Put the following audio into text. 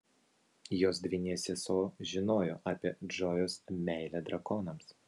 jos dvynė sesuo žinojo apie džojos meilę drakonams